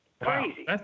Crazy